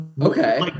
okay